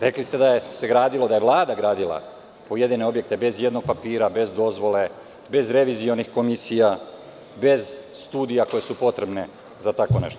Rekli ste da je Vlada gradila pojedine objekte bez ijednog papira, bez dozvole, bez revizionih komisija, bez studija koje su potrebne za tako nešto.